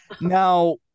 Now